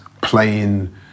playing